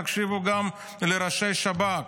תקשיבו גם לראשי שב"כ.